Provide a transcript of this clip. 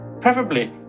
preferably